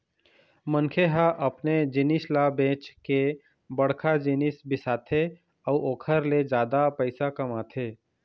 मनखे ह अपने जिनिस ल बेंच के बड़का जिनिस बिसाथे अउ ओखर ले जादा पइसा कमाथे